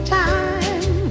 time